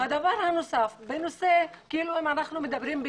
דבר נוסף אם אנחנו מדברים על